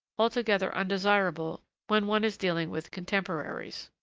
altogether undesirable when one is dealing with contemporaries.